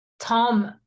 Tom